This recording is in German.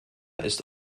ist